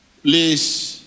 Please